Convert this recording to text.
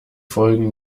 folgen